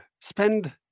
spend